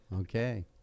okay